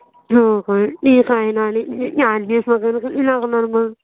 हो काय ठीक आहे ना आणि चार्जेस वगैरे किती लागणार मग